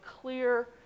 clear